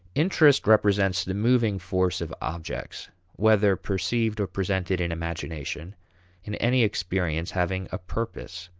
interest represents the moving force of objects whether perceived or presented in imagination in any experience having a purpose.